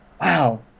wow